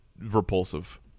repulsive